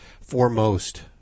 foremost